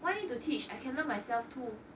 why need to teach I can learn myself too